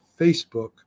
Facebook